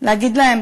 להגיד להם,